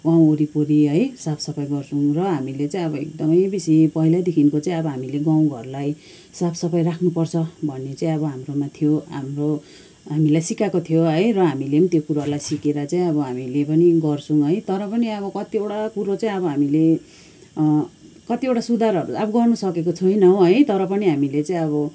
गाउँ वरिपरि है साफसफाइ गर्छौँ र हामीले चाहिँ अब एकदमै बेसी पहिलादेखिको चाहिँ अब हामीले गाउँघरलाई साफसफाइ राख्नुपर्छ भन्ने चाहिँ अब हाम्रोमा थियो हाम्रो हामीलाई सिकाएको थियो है र हामीले पनि त्यो कुरालाई सिकेर चाहिँ अब हामीले पनि त्यो कुरालाई गर्छौँ है तर पनि अब कत्तिवटा कुरो चाहिँ अब हामीले कत्तिवटा सुधारहरू अब गर्नुसकेको छैनौँ है तर पनि हामीले चाहिँ अब